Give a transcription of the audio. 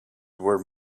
where